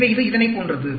எனவே இது இதனைப் போன்றது